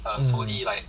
mm